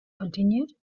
continued